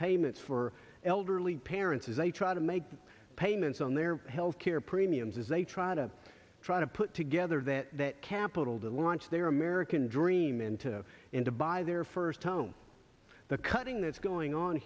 payments for elderly parents as they try to make payments on their health care premiums as they try to try to put together that that capital to launch their american dream and to him to buy their first home the cutting that's going on